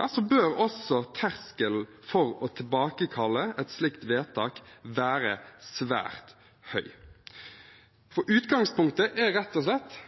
ja, så bør også terskelen for å tilbakekalle et slikt vedtak være svært høy. Utgangspunktet er rett og slett